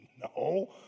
no